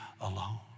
alone